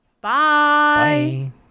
Bye